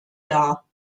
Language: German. dar